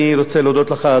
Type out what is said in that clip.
אני רוצה להודות לך,